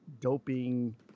doping